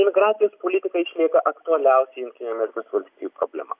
imigracijos politika išlieka aktualiausia jungtinių amerikos valstijų problema